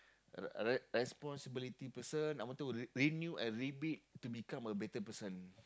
a re~ responsibility person I want to renew and rebuild to become a better person